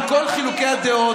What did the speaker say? עם כל חילוקי הדעות,